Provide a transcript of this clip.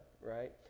right